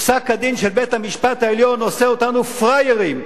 פסק-הדין של בית-המשפט העליון עושה אותנו פראיירים.